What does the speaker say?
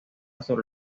sobre